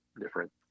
different